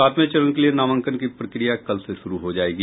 सातवें चरण के लिये नामांकन की प्रक्रिया कल से शुरू हो जायेगी